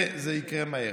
וזה יקרה מהר.